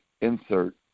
insert